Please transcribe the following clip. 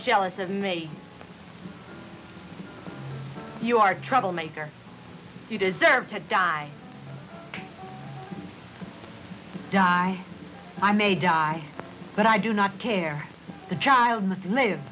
jealous of me you are troublemaker you deserve to die die i may die but i do not care the child must live